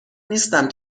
نیستم